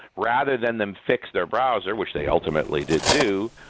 rather than them fix their browser, which they ultimately did do,